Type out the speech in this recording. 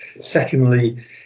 Secondly